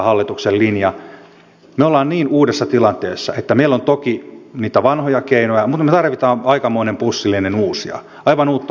me olemme niin uudessa tilanteessa että meillä on toki niitä vanhoja keinoja mutta me tarvitsemme aikamoisen pussillisen uusia aivan uutta ajattelua